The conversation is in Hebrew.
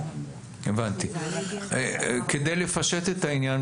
משרד המשפטים, כדי לפשט את העניין,